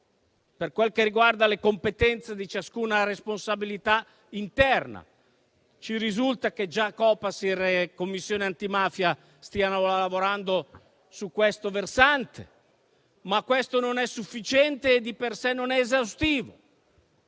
livello riguarda le competenze di ciascuna responsabilità interna e ci risulta che già il Copasir e la Commissione antimafia stiano lavorando su questo versante, ma ciò non è sufficiente e di per sé non è esaustivo.